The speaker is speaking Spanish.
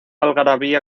algarabía